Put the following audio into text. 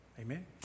Amen